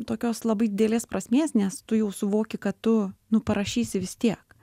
tokios labai didelės prasmės nes tu jau suvoki kad tu parašysi vis tiek